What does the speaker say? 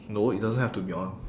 no it doesn't have to be on